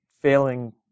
failing